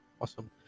awesome